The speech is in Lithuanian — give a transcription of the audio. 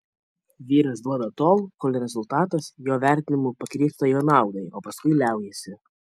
vyras duoda tol kol rezultatas jo vertinimu pakrypsta jo naudai o paskui liaujasi